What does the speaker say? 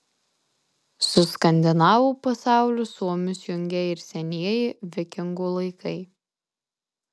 su skandinavų pasauliu suomius jungia ir senieji vikingų laikai